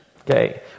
Okay